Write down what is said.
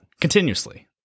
continuously